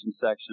section